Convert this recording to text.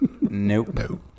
nope